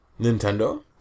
Nintendo